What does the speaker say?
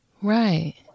right